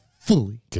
Fully